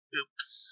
Oops